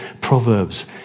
Proverbs